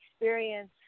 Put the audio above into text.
experience